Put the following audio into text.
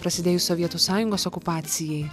prasidėjus sovietų sąjungos okupacijai